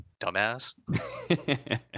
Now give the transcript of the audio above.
dumbass